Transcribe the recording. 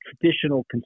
traditional